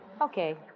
Okay